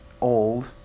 old